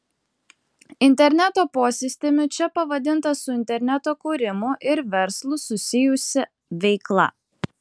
interneto posistemiu čia pavadinta su interneto kūrimu ir verslu susijusi veikla